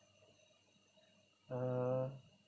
uh